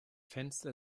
fenster